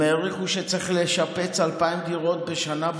הם העריכו שצריך לשפץ 2,000 דירות בשנה.